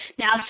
Now